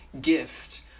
gift